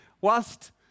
Whilst